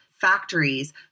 factories